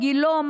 גילו,